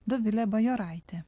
dovilė bajoraitė